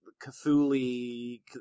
cthulhu